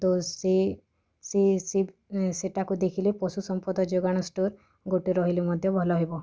ତ ସିଏ ସିଏ ସେ ସେଇଟାକୁ ଦେଖିଲେ ପଶୁ ସମ୍ପଦ ଯୋଗାଣ ଷ୍ଟୋର୍ ଗୋଟେ ରହିଲେ ମଧ୍ୟ ଭଲ ହେବ